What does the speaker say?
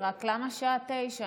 רק למה בשעה 09:00?